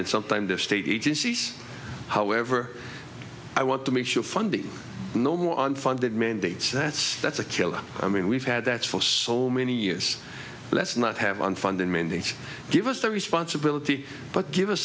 that sometimes if state agencies however i want to make sure funding no more unfunded mandates that's that's a killer i mean we've had that for so many years let's not have unfunded mandates give us the responsibility but give us